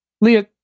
Leah